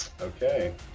Okay